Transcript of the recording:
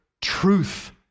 truth